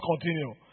continue